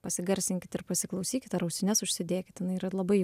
pasigarsinkit ir pasiklausykit ar ausines užsidėkit jinai yra labai